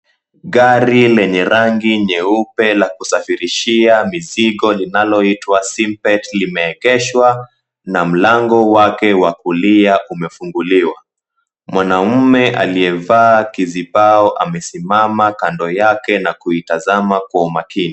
Gari lenye rangi nyeupe la kusafirishia mizigo linaloitwa, Simpet limeegeshwa na mlango wake wa kulia umefunguliwa. Mwanaume aliyevaa kizibao amesimama kando yake na kuitazama kwa umakini.